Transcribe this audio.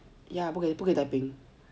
ya 不会 typing